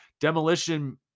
demolition